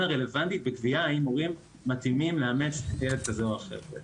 רלוונטית בקביעה האם הורים מתאימים לאמץ ילד כזה או אחר.